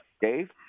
Dave